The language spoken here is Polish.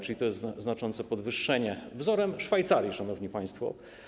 Czyli to jest znaczące podwyższenie, wzorem Szwajcarii, szanowni państwo.